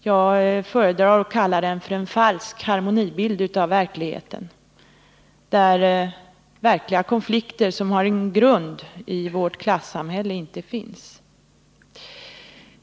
Jag föredrar att kalla den för en falsk harmonibild av verkligheten, där verkliga konflikter som har sin grund i vårt klassamhälle inte finns.